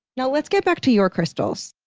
now, let's get back to your crystals.